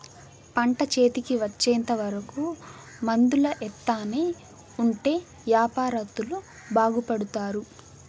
పంట చేతికి వచ్చేంత వరకు మందులు ఎత్తానే ఉంటే యాపారత్తులు బాగుపడుతారు